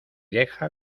deja